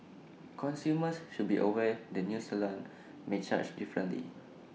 consumers should be aware the new salon may charge differently